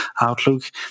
Outlook